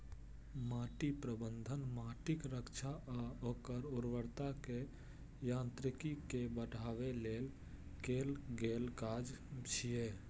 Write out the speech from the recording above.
माटि प्रबंधन माटिक रक्षा आ ओकर उर्वरता आ यांत्रिकी कें बढ़ाबै लेल कैल गेल काज छियै